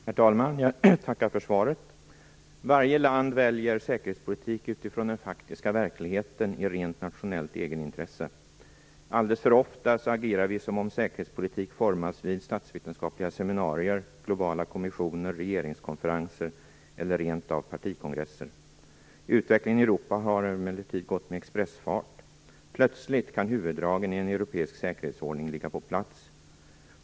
Herr talman! Jag tackar för svaret. Varje land väljer säkerhetspolitik utifrån den faktiska verkligheten i rent nationellt egenintresse. Alldeles för ofta agerar vi som om säkerhetspolitik formas vid statsvetenskapliga seminarier, globala kommissioner, regeringskonferenser eller rent av partikongresser. Utvecklingen i Europa har emellertid gått med expressfart. Plötsligt kan huvuddragen i en europeisk säkerhetsordning ligga på plats.